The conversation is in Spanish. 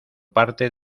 parte